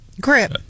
Grip